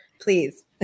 please